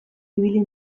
ibili